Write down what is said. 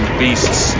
beasts